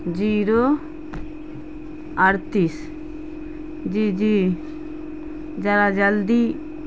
zero اڑتیس جی جی ذرا جلدی